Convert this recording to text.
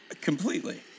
completely